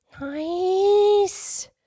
Nice